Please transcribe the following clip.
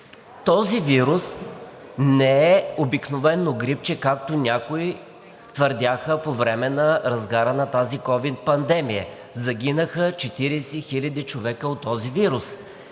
Този вирус не е обикновено грипче, както някои твърдяха по време на разгара на тази ковид пандемия. Загинаха 40 000 човека от тази вирус.